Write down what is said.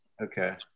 Okay